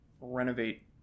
renovate